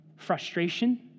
Frustration